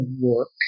work